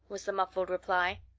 was the muffled reply.